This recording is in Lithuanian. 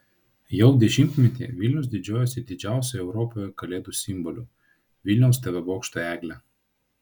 jau dešimtmetį vilnius didžiuojasi didžiausiu europoje kalėdų simboliu vilniaus tv bokšto egle